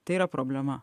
tai yra problema